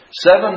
Seven